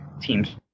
teams